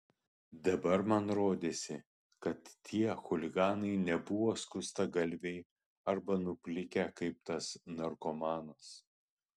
dabar man rodėsi kad tie chuliganai nebuvo skustagalviai arba nuplikę kaip tas narkomanas